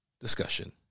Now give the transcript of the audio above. discussion